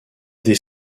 des